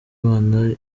bana